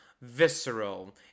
visceral